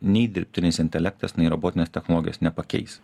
nei dirbtinis intelektas nei robotinės technologijos nepakeis